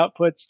outputs